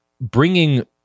bringing